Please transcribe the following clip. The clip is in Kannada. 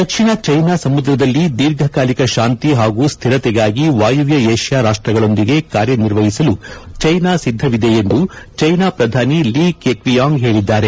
ದಕ್ಷಿಣ ಚೀನಾ ಸಮುದ್ರದಲ್ಲಿ ದೀರ್ಘಕಾಲಿಕ ಶಾಂತಿ ಹಾಗೂ ಸ್ವಿರತೆಗಾಗಿ ವಾಯುವ್ನ ಏಷ್ಯಾ ರಾಷ್ಷಗಳೊಂದಿಗೆ ಕಾರ್ಯನಿರ್ವಹಿಸಲು ಚೀನಾ ಸಿದ್ದವಿದೆ ಎಂದು ಚೀನಾ ಶ್ರಧಾನಿ ಲಿ ಕೆಕ್ವಿಯಾಂಗ್ ಹೇಳಿದ್ದಾರೆ